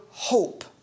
hope